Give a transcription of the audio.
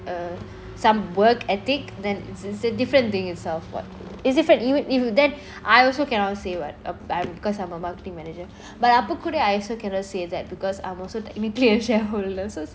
uh some work ethic then it's it's a different thing itself [what] it's different if i~ that I also cannot say [what] um I because I'm a marketing manager but அப்போகூட :apokuda I also cannot say that because I'm also technically a shareholder so